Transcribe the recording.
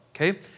okay